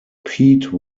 pete